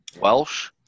Welsh